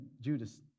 Judas